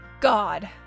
god